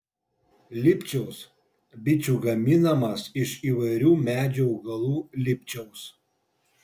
lipčiaus bičių gaminamas iš įvairių medžių augalų lipčiaus